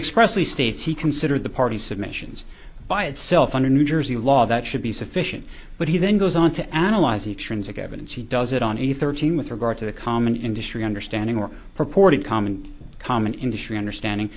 expresses states he considered the party submissions by itself under new jersey law that should be sufficient but he then goes on to analyze each forensic evidence he does it on a thirteen with regard to the common industry understanding or purported common common industry understanding